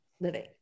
living